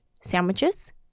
sandwiches